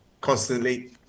constantly